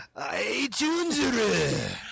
iTunes